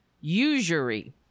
usury